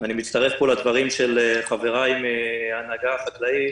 ואני מצטרף פה לדברים של חבריי מן ההנהגה החקלאית